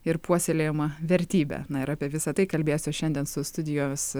ir puoselėjama vertybe na ir apie visa tai kalbėsiu šiandien su studijos